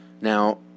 Now